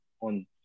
on